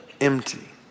empty